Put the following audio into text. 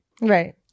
Right